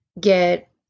get